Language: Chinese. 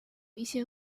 一些